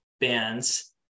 bands